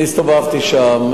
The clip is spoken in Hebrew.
אני הסתובבתי שם.